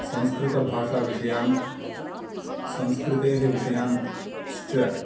संस्कृतभाषाविषयान् संस्कृतेः विषयाञ्च